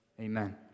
Amen